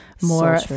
more